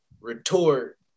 retort